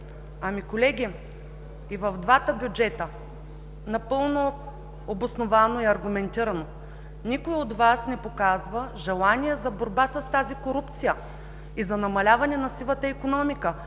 Колеги, и в двата бюджета напълно обосновано и аргументирано никой от Вас не показва желание за борба с тази корупция и за намаляване на сивата икономика.